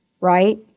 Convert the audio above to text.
right